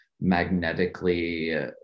magnetically